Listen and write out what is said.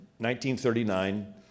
1939